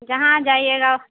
جہاں آپ جائیے گا